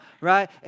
right